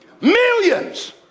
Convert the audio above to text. Millions